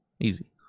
Easy